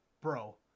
bro